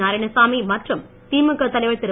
நாராயணசாமி மற்றும் திமுக தலைவர் திரு